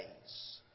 days